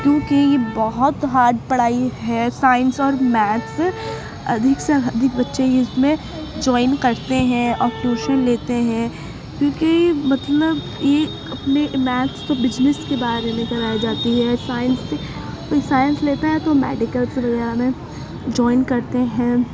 کیونکہ یہ بہت ہارڈ پڑھائی ہے سائنس اور میتھس ادھک سے ادھک بچے اس میں جوائن کرتے ہیں اور ٹیوشن لیتے ہیں کیونکہ مطلب یہ اپنے میتھس بزنس کے بارے میں کرائی جاتی ہے سائنس سے کوئی سائنس لیتا ہے تو میڈیکلس ہو گیا میں جوائن کرتے ہیں